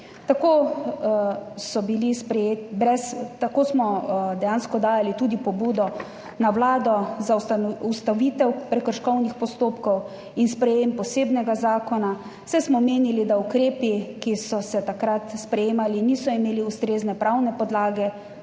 Tako smo dejansko dajali tudi pobudo na Vlado za ustavitev prekrškovnih postopkov in sprejetje posebnega zakona, saj smo menili, da ukrepi, ki so se takrat sprejemali, niso imeli ustrezne pravne podlage,